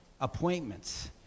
appointments